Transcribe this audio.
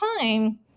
time